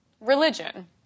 religion